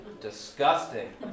disgusting